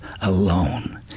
alone